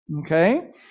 Okay